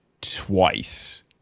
twice